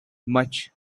much